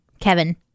Kevin